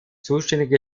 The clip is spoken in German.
zuständige